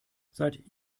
seit